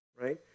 right